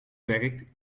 werkt